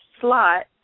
slot